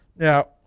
Now